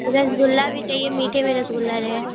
रसगुल्ला भी चाहिए मीठे में रसगुल्ला रहे